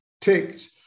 ticked